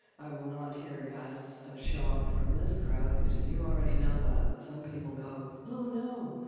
i will not hear gasps of shock from this crowd because you already know that. but some people go, oh, no.